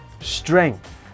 Strength